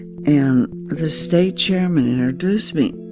and the state chairman introduced me.